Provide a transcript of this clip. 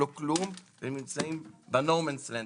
לא כלום והם נמצאים ב- -- מבחינתנו.